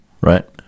Right